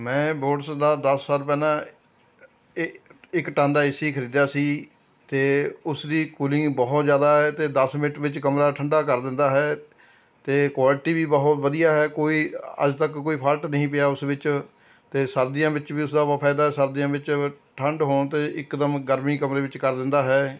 ਮੈਂ ਬੋਟਸ ਦਾ ਦਸ ਸਾਲ ਪਹਿਲਾਂ ਇ ਇੱਕ ਟਨ ਦਾ ਏ ਸੀ ਖਰੀਦਿਆ ਸੀ ਅਤੇ ਉਸਦੀ ਕੁਲਿੰਗ ਬਹੁਤ ਜ਼ਿਆਦਾ ਹੈ ਅਤੇ ਦਸ ਮਿੰਨਟ ਵਿੱਚ ਕਮਰਾ ਠੰਡਾ ਕਰ ਦਿੰਦਾ ਹੈ ਅਤੇ ਕੋਆਲਿਟੀ ਵੀ ਬਹੁਤ ਵਧੀਆ ਹੈ ਕੋਈ ਅੱਜ ਤੱਕ ਕੋਈ ਫ਼ਲਟ ਨਹੀਂ ਪਿਆ ਉਸ ਵਿੱਚ ਅਤੇ ਸਰਦੀਆਂ ਵਿੱਚ ਵੀ ਉਸਦਾ ਬਹੁਤ ਫ਼ਾਇਦਾ ਸਰਦੀਆਂ ਵਿੱਚ ਠੰਡ ਹੋਣ 'ਤੇ ਇਕਦਮ ਗਰਮੀ ਕਮਰੇ ਵਿੱਚ ਕਰ ਦਿੰਦਾ ਹੈ